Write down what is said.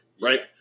right